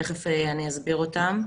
שתכף אני אסביר אותם.